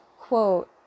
quote